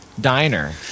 diner